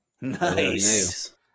Nice